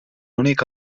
únic